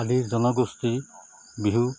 আদি জনগোষ্ঠী বিহু